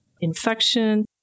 infection